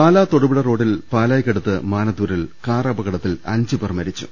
പാലാ തൊടുപുഴ റോഡിൽ പാലായ്ക്ക് അടുത്ത് മാനത്തൂരിൽ കാറപകടത്തിൽ അഞ്ചുപേർ മരിച്ചു